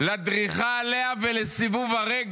לדריכה עליה ולסיבוב הרגל